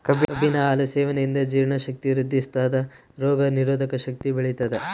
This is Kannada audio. ಕಬ್ಬಿನ ಹಾಲು ಸೇವನೆಯಿಂದ ಜೀರ್ಣ ಶಕ್ತಿ ವೃದ್ಧಿಸ್ಥಾದ ರೋಗ ನಿರೋಧಕ ಶಕ್ತಿ ಬೆಳಿತದ